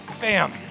Bam